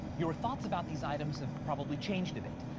your thoughts about these items have probably changed a bit.